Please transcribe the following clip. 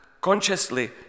consciously